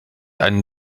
einen